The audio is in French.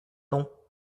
non